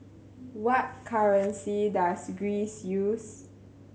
what currency does Greece use